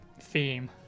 theme